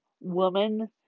woman